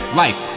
life